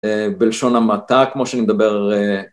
בלשון המעטה כמו שאני מדבר